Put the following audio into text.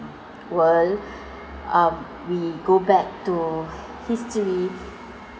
world uh we go back to history